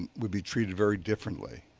would be treated very differently